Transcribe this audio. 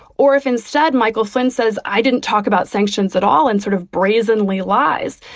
or if instead michael flynn says, i didn't talk about sanctions at all and sort of brazenly lies.